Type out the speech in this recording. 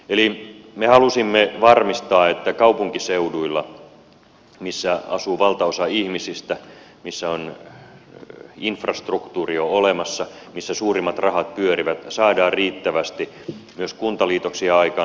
eli me halusimme varmistaa että kaupunkiseuduilla missä asuu valtaosa ihmisistä missä on infrastruktuuri jo olemassa missä suurimmat rahat pyörivät saadaan riittävästi myös kuntaliitoksia aikaan